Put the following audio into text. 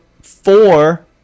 Four